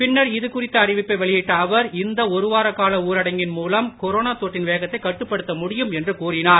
பின்னர் இதுகுறித்த அறிவிப்பை வெளியிட்ட அவர் இந்த ஒருவார கால ஊரடங்கின் மூலம் கொரோனா தொற்றின் வேகத்தை கட்டுப்படுத்த முடியும் என்று கூறினார்